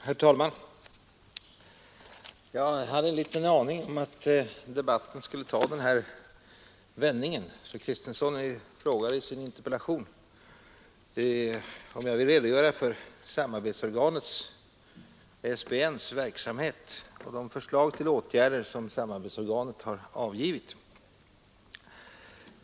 Herr talman! Jag hade en liten aning om att debatten skulle ta den här vändningen. Fru Kristensson frågar i sin interpellation om jag vill redogöra för samarbetsorganets, SBN:s, verksamhet och de förslag till åtgärder som samarbetsorganet har avgivit.